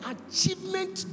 achievement